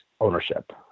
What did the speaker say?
ownership